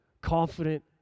confident